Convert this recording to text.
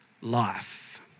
life